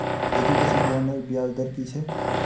Education लोनेर ब्याज दर कि छे?